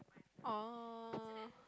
oh